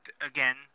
again